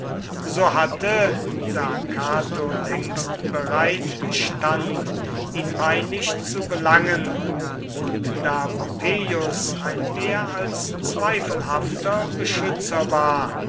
so hatte da cato längst bereit stand ihn peinlich zu belangen und da pompeius ein mehr als zweifelhafter beschützer war